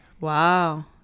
Wow